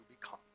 become